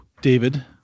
david